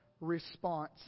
response